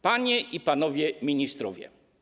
Panie i Panowie Ministrowie!